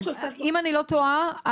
אם אני לא טועה,